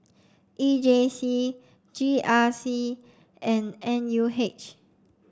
E J C G R C and N U H